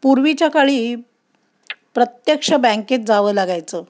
पूर्वीच्या काळी प्रत्यक्ष बँकेत जावं लागायचं